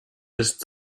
ist